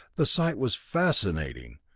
the sight was fascinating,